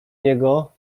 niego